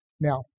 Now